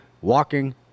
walking